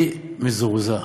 אני מזועזע,